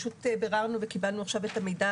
ביררנו וקיבלנו כעת את המידע